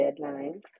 deadlines